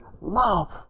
Love